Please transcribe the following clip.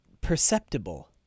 perceptible